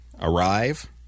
Arrive